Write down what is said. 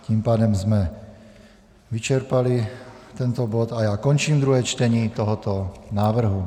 Tím pádem jsme vyčerpali tento bod a já končím druhé čtení tohoto návrhu.